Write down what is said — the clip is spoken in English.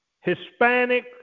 Hispanic